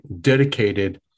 dedicated